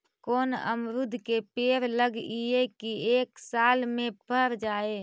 कोन अमरुद के पेड़ लगइयै कि एक साल में पर जाएं?